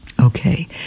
Okay